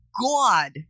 God